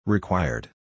Required